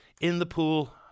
in-the-pool